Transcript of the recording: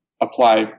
apply